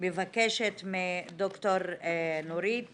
מבקשת מד"ר נורית